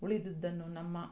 ಉಳಿದಿದ್ದನ್ನು ನಮ್ಮ